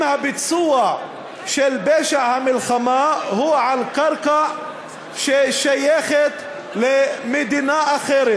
אם הביצוע של פשע המלחמה הוא על קרקע ששייכת למדינה אחרת.